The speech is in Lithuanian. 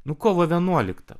nuo kovo vienuolikta